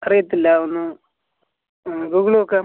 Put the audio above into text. അറിയത്തില്ല ഒന്ന് ഗൂഗിള് നോക്കാം